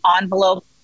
envelope